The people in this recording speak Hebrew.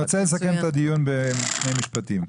אני רוצה לסכם את הדיון בשני משפטים.